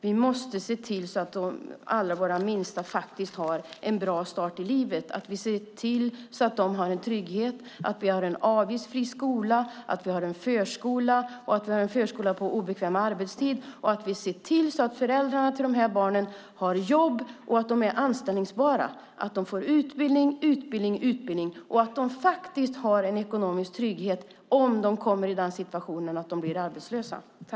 Vi måste se till att alla våra minsta får en bra start i livet, att de har en trygghet, att vi har en avgiftsfri skola, att vi har en förskola och en förskola på obekväm arbetstid. Vi måste se till att föräldrarna till dessa barn har jobb och är anställningsbara, att de får utbildning, utbildning och utbildning, och att de faktiskt har en ekonomisk trygghet om de kommer i den situationen att de blir arbetslösa.